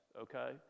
okay